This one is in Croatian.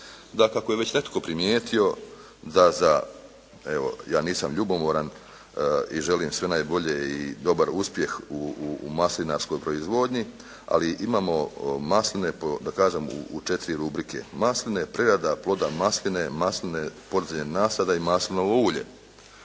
da kako je već netko primijetio da za, evo ja nisam ljubomoran i želim sve najbolje i dobar uspjeh u maslinarskoj proizvodnji, ali imamo masline po, da kažem u 4 rubrike. Masline, prerada ploda masline, masline podzemnih nasada i maslinovo ulje.